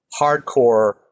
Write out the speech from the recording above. hardcore